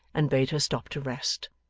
and bade her stop to rest.